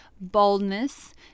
boldness